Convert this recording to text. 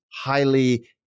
highly